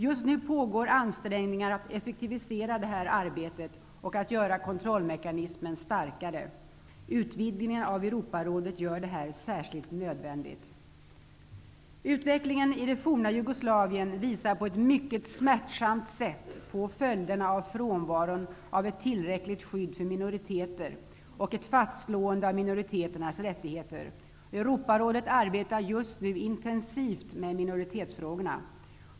Just nu pågår ansträngningar att effektivisera detta arbete och göra kontrollmekanismen starkare. Utvidgningen av Europarådet gör detta särskilt nödvändigt. Utvecklingen i det forna Jugoslavien visar på ett mycket smärtsamt sätt på följderna av att det inte finns ett tillräckligt skydd för minoriteter och att det saknas ett fastslående av minoriteternas rättigheter. Europarådet arbetar just nu intensivt med minoritetsfrågorna.